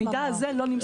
המידע הזה לא נמסר.